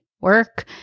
work